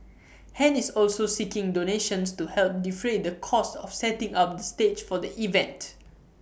han is also seeking donations to help defray the cost of setting up the stage for the event